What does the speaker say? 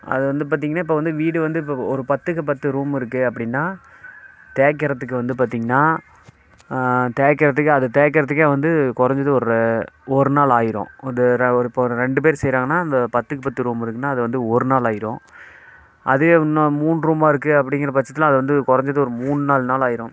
அதை வந்து பார்த்தீங்கன்னா இப்போ வந்து வீடு வந்து இப்போ ஒரு பத்துக்கு பத்து ரூம் இருக்குது அப்படின்னா தேய்க்கிறதுக்கு வந்து பார்த்தீங்கன்னா தேய்க்கிறதுக்கு அதை தேய்க்கிறதுக்கே வந்து கொறைஞ்சது ஒரு ஒரு நாள் ஆயிடும் இப்போ ஒரு ரெண்டு பேர் செய்கிறாங்கன்னா அந்த பத்துக்கு பத்து ரூம் இருக்குனால் அது வந்து ஒரு நாள் ஆயிடும் அதே இன்னும் மூணு ரூமாக இருக்குது அப்படிங்கிற பட்சத்தில் அது வந்து கொறைஞ்சது ஒரு மூணு நாலு நாள் ஆயிடும்